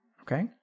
Okay